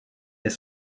est